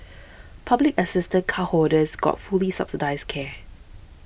public assistance cardholders got fully subsidised care